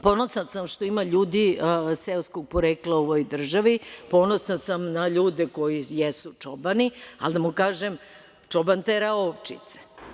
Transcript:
Ponosna sam što ima ljudi seoskog porekla u ovoj državi, ponosna sam na ljude koji jesu čobani, ali i da mu kažem – čoban tera ovčice.